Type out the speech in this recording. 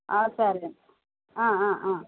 సరే అండి